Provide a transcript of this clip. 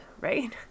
right